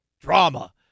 drama